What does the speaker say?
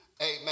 Amen